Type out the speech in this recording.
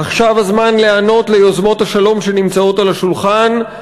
עכשיו הזמן להיענות ליוזמות השלום שנמצאות על השולחן.